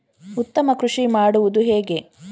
ಉತ್ತಮ ಕೃಷಿ ಮಾಡುವುದು ಹೇಗೆ?